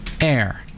air